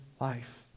life